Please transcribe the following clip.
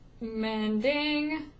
Mending